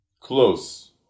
Close